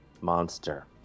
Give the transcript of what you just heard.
monster